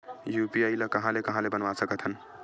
UPI ल कहां ले कहां ले बनवा सकत हन?